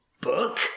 book